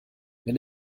wenn